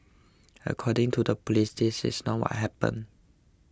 according to the police this is not why happened